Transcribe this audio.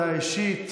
הודעה אישית.